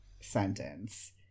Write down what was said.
sentence